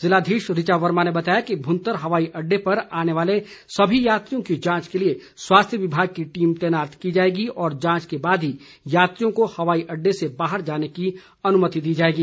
ज़िलाधीश ऋचा वर्मा ने बताया कि भुंतर हवाई अड्डे पर आने वाले सभी यात्रियों की जांच के लिए स्वास्थ्य विभाग की टीम तैनात की जाएगी और जांच के बाद ही यात्रियों को हवाई अड्डे से बाहर जाने की अनुमति दी जाएगी